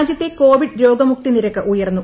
രാജ്യത്തെ കോവിഡ് രോഗമുക്തി നിരക്ക് ഉയർന്നു